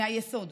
מהיסוד,